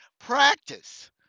practice